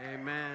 Amen